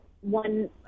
one